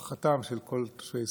לרווחתם של כל תושבי ישראל.